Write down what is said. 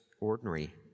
ordinary